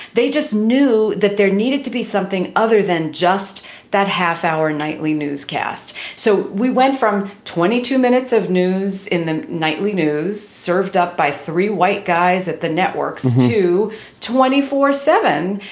they just knew that there needed to be something other than just that half hour nightly newscast. so we went from twenty two minutes of news in the nightly news served up by three white guys at the networks to twenty four seven.